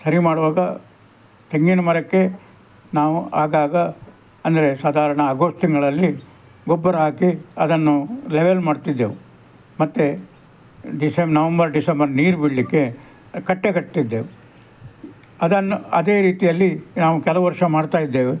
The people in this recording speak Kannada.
ಸರಿ ಮಾಡುವಾಗ ತೆಂಗಿನ ಮರಕ್ಕೆ ನಾವು ಆಗಾಗ ಅಂದರೆ ಸಾಧಾರಣ ಆಗಸ್ಟ್ ತಿಂಗಳಲ್ಲಿ ಗೊಬ್ಬರ ಹಾಕಿ ಅದನ್ನು ಲೆವೆಲ್ ಮಾಡ್ತಿದ್ದೆವು ಮತ್ತೆ ಡಿಸೆ ನವಂಬರ್ ಡಿಸೆಂಬರ್ ನೀರು ಬಿಡಲಿಕ್ಕೆ ಕಟ್ಟೆ ಕಟ್ತಿದ್ದೆವು ಅದನ್ನು ಅದೇ ರೀತಿಯಲ್ಲಿ ನಾವು ಕೆಲವು ವರ್ಷ ಮಾಡ್ತಾಯಿದ್ದೆವು